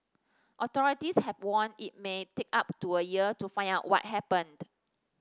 authorities have warned it may take up to a year to find out what happened